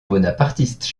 bonapartistes